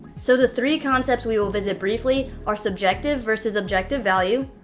so the three concepts we will visit briefly are subjective versus objective value,